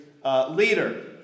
Leader